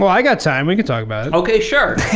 i got time. we can talk about it. okay, sure.